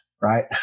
Right